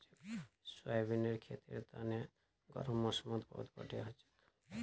सोयाबीनेर खेतीर तने गर्म मौसमत बहुत बढ़िया हछेक